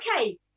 Okay